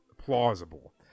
Plausible